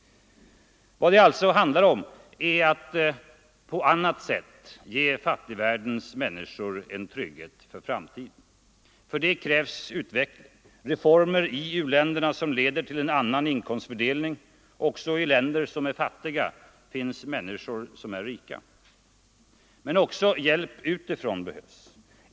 Vad det alltså handlar om är att på annat sätt ge fattigvärldens män niskor en trygghet för framtiden. För det krävs utveckling och reformer i u-länderna som leder till en annan inkomstfördelning. Också i länder som är fattiga finns människor som är rika. Men det behövs också hjälp utifrån.